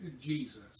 Jesus